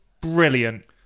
brilliant